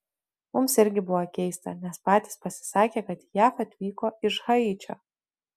mums irgi buvo keista nes patys pasisakė kad į jav atvyko iš haičio